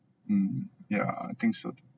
mm yeah I think so